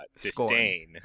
disdain